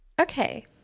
Okay